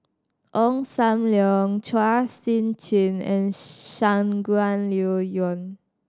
Ong Sam Leong Chua Sian Chin and Shangguan Liuyun